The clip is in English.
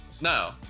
No